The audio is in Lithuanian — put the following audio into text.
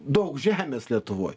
daug žemės lietuvoj